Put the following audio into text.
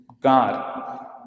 God